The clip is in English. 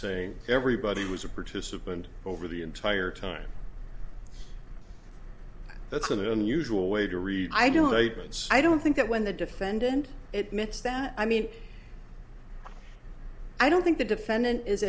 saying everybody was a participant over the entire time that's an unusual way to read i don't labor i don't think that when the defendant it met stan i mean i don't think the defendant is